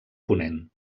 ponent